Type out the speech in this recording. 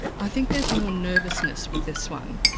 i think there's more nervousness with this one,